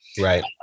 Right